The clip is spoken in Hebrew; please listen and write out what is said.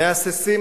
מהססים,